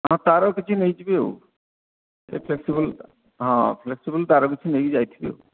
ହଁ ତାର କିଛି ନେଇଯିବି ଆଉ ଏ ଫ୍ଲେକ୍ସିବୁଲ୍ ହଁ ଫ୍ଲେକ୍ସିବୁଲ୍ ତାର କିଛି ନେଇକି ଯାଇଥିବି ଆଉ